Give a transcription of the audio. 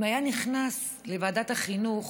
אם היה נכנס לוועדת החינוך